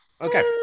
Okay